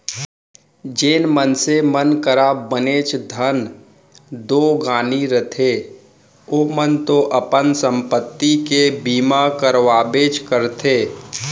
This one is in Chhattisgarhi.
जेन मनसे मन करा बनेच धन दो गानी रथे ओमन तो अपन संपत्ति के बीमा करवाबेच करथे